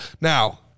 Now